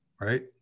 Right